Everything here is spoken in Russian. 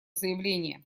заявление